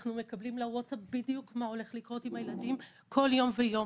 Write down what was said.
אנחנו מקבלים בווטסאפ את מה שהולך לקרות עם הילדים כל יום ויום.